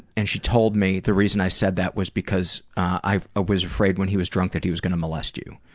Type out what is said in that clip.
and she told me, the reason i said that was because i was afraid that when he was drunk that he was going to molest you.